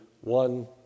one